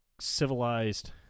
civilized